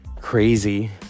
crazy